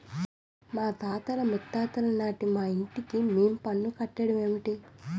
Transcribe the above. మాతాత ముత్తాతలనాటి మా ఇంటికి మేం పన్ను కట్టడ మేటి